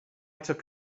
took